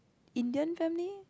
Indian family